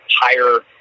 higher